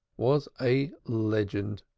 was a legend.